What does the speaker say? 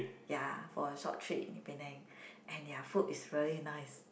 ya for a short trip in Penang and their food is very nice